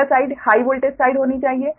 यह side high voltage side होनी चाहिए